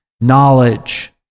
knowledge